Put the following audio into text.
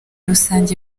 rusange